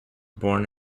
born